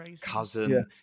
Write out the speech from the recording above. cousin